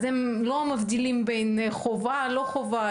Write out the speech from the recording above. אז הם לא מבדילים בין מה שחובה לבין מה שלא חובה.